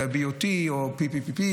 זה היה BOT או PPPP,